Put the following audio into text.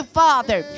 father